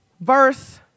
verse